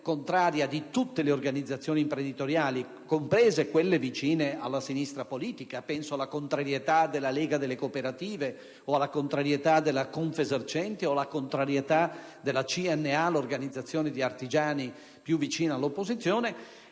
di tutte le organizzazioni imprenditoriali, comprese quelle vicine alla sinistra politica (penso alla contrarietà della Lega delle cooperative, della Confesercenti o della CNA, l'organizzazione di artigiani più vicina all'opposizione),